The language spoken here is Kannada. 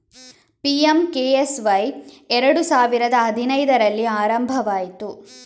ಪಿ.ಎಂ.ಕೆ.ಎಸ್.ವೈ ಎರಡು ಸಾವಿರದ ಹದಿನೈದರಲ್ಲಿ ಆರಂಭವಾಯಿತು